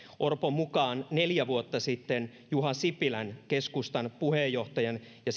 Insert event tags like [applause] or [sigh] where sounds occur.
orpon mukaan neljä vuotta sitten juha sipilän keskustan puheenjohtajan ja [unintelligible]